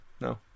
No